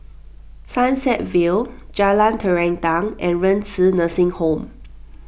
Sunset Vale Jalan Terentang and Renci Nursing Home